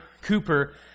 Cooper